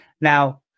Now